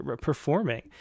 performing